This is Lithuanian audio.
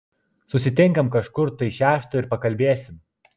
susitinkam kažkur tai šeštą ir pakalbėsim